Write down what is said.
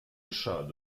geschah